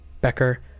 Becker